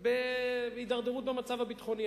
בהידרדרות במצב הביטחוני.